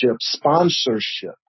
sponsorship